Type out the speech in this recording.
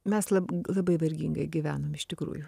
mes lab labai vargingai gyvenom iš tikrųjų